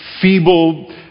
feeble